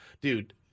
Dude